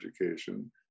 education